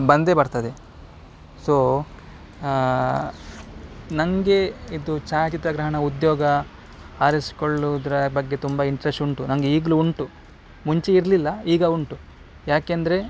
ಬಂದೇ ಬರ್ತದೆ ಸೊ ನನಗೆ ಇದು ಛಾಯಾಚಿತ್ರಗ್ರಹಣ ಉದ್ಯೋಗ ಆರಿಸ್ಕೊಳ್ಳುವುದ್ರ ಬಗ್ಗೆ ತುಂಬ ಇಂಟ್ರೆಸ್ಟ್ ಉಂಟು ನನಗೆ ಈಗಲೂ ಉಂಟು ಮುಂಚೆ ಇರಲಿಲ್ಲ ಈಗ ಉಂಟು ಯಾಕೆಂದರೆ